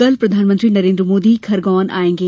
कल प्रधानमंत्री नरेन्द्र मोदी खरगोन आएंगे